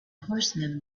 horseman